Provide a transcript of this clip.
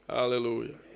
Hallelujah